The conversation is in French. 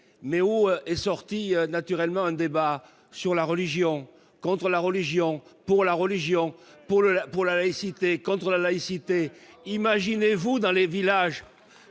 mais où est sorti naturellement un débat sur la religion contre la religion pour la religion pour la pour la laïcité contre la laïcité, imaginez-vous dans les villages,